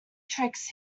tricks